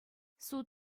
суд